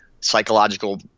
psychological